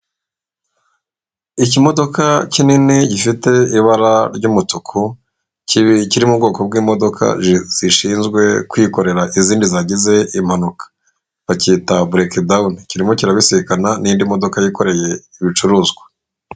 Ikimodoka kinini gifite ibara ry'umutuku. Kibi kiri mu bwoko bw'imodoka zishinzwe kwikorera izindi zagize impanuka. bacyita burekidawuni. Kirimo kirabisikana n'indi modoka yikoreye ibicuruzwa.